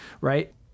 right